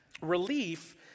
Relief